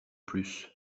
plus